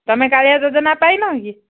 ତମେ କାଳିଆ ଯୋଜନା ପାଇନ କି